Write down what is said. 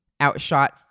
Outshot